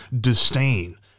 disdain